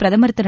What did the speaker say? பிரதமர் திரு